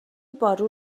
بارون